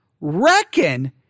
reckon